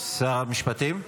שר המשפטים?